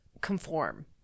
conform